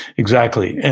exactly. and